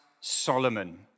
Solomon